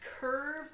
curve